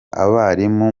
abarimu